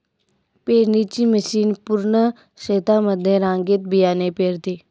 पेरणीची मशीन पूर्ण शेतामध्ये रांगेत बियाणे पेरते